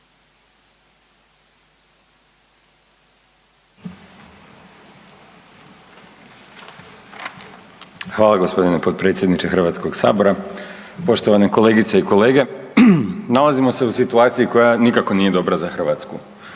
Hvala gospodine potpredsjedniče Hrvatskog sabora, poštovane kolegice i kolege. Nalazimo se u situaciji koja nikako nije dobra Hrvatsku.